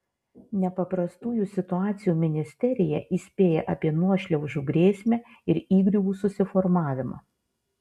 nepaprastųjų situacijų ministerija įspėja apie nuošliaužų grėsmę ir įgriuvų susiformavimą